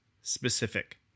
specific